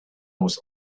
was